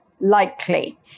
likely